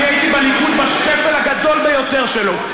אני הייתי בליכוד בשפל הגדול ביותר שלו,